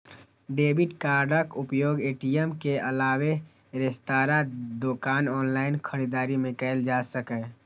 debit कार्डक उपयोग ATM के अलावे रेस्तरां, दोकान, ऑनलाइन खरीदारी मे कैल जा सकैए